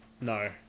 No